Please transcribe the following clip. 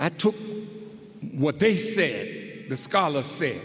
i took what they say the scholars say